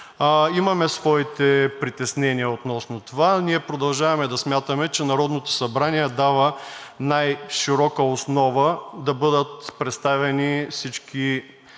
имаме своите притеснения относно това. Ние продължаваме да смятаме, че Народното събрание дава най-широка основа да бъдат представени всички